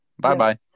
Bye-bye